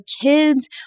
kids